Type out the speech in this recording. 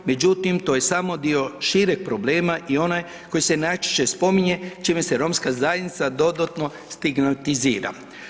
Međutim, to je samo dio šireg problema i onaj koji se najčešće spominje, čime se romska zajednica dodatno stigmatizira.